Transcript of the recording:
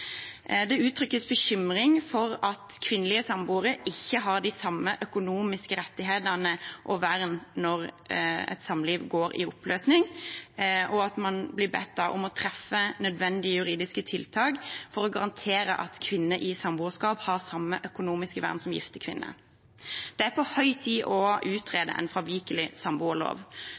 Det uttrykkes bekymring for at kvinnelige samboere ikke har de samme økonomiske rettighetene og vern når samlivet går i oppløsning. Man blir da bedt om å treffe nødvendige juridiske tiltak for å garantere at kvinner i samboerskap har samme økonomiske vern som gifte kvinner. Det er på høy tid å utrede en fravikelig samboerlov.